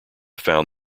found